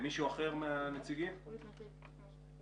איפה מפקדת אלון אל מול נושא הבדיקות סרולוגיות?